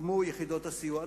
הוקמו יחידות הסיוע.